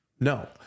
No